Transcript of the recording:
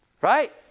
Right